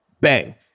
bang